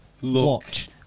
watch